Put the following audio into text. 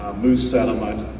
move sediment,